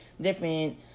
different